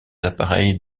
appareils